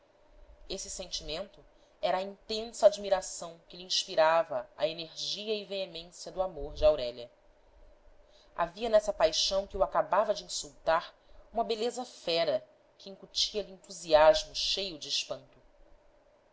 esse sentimento era a intensa admiração que lhe inspirava a energia e veemência do amor de aurélia havia nessa paixão que o acabava de insultar uma beleza fera que incutia lhe entusiasmo cheio de espanto